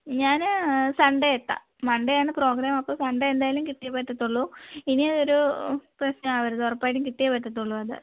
ഞാന് സൺഡേ എത്താം മണ്ടേയാണ് പ്രോഗ്രാം അപ്പോൾ സൺഡേ എന്തായാലും കിട്ടിയേ പറ്റത്തുള്ളൂ ഇനി ഒരു പ്രശ്നമാവരുത് ഉറപ്പായിട്ടും കിട്ടിയേ പറ്റത്തുള്ളൂ അത്